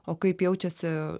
o kaip jaučiasi